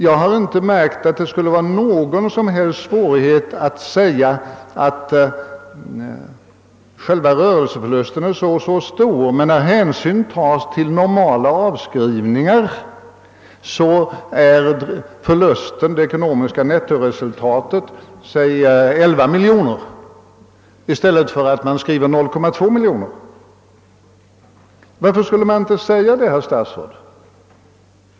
Jag har inte heller märkt att det skulle vara någon som helst svårighet att säga att själva rörelseförlusten är så och så stor men att förlusten — det ekonomiska nettoresultatet — när hänsyn tas till normala avskrivningar blir låt mig säga 11 miljoner i stället för 0,2 miljon. Varför skulle man inte ange detta, herr statsråd?